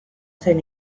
zen